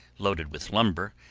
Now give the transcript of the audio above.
loaded with lumber,